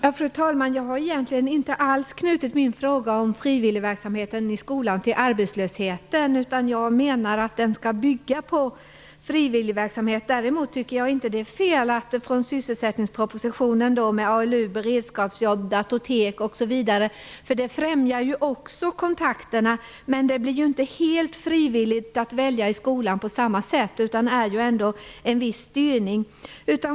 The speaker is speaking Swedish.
Fru talman! Jag har egentligen inte alls knutit min fråga om frivilligverksamheten i skolan till arbetslösheten. Jag menar att ett sådant arbete skall bygga på frivillighet. Däremot tycker jag inte att det är fel att man tar in människor som deltar i sysselsättningsåtgärder som ALU, beredskapsjobb osv. Det främjar också kontakterna mellan skolan och samhället, men det blir inte helt frivilligt på samma sätt att delta i skolans arbete. Det innebär ändå en viss styrning.